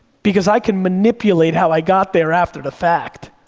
because i can manipulate how i got there after the fact.